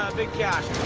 big cash.